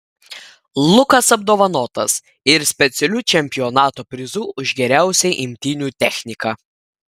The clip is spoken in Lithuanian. lukas apdovanotas ir specialiu čempionato prizu už geriausią imtynių techniką